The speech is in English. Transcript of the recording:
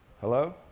hello